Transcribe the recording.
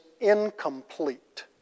incomplete